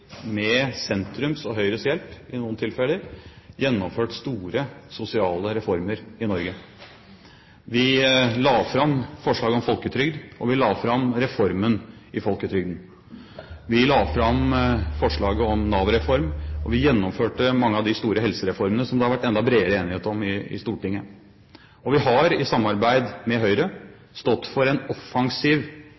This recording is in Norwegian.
med sentrums og Høyres hjelp i noen tilfeller, har gjennomført store sosiale reformer i Norge. Vi la fram forslag om folketrygd, og vi la fram reformen i folketrygden. Vi la fram forslaget om Nav-reform, og vi gjennomførte mange av de store helsereformene som det har vært enda bredere enighet om i Stortinget. Vi har i samarbeid med Høyre